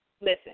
Listen